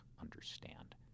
understand